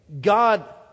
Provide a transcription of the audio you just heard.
God